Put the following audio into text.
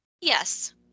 Yes